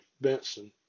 Benson